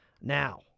Now